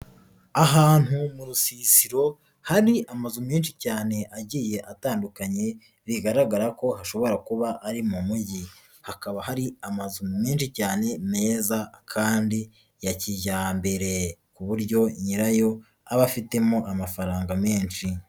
Ahantu mu rusisiro hari amazu menshi cyane agiye atandukanye bigaragara ko ashobora kuba ari mu mujyi, hakaba hari amazu menshi cyane meza kandi ya kijyambere, ku buryo nyirayo aba afitemo amafaranga menshi.